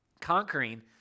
conquering